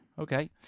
Okay